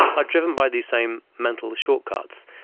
are driven by these same mental shortcuts.